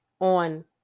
on